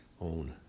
own